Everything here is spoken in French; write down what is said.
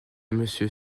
monsieur